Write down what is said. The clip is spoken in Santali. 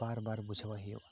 ᱵᱟᱨ ᱵᱟᱨ ᱵᱩᱡᱷᱟᱣᱟᱭ ᱦᱩᱭᱩᱜᱼᱟ